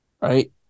Right